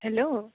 hello